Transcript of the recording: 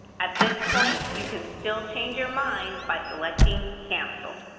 at this point, you can still change your mind by selecting cancel.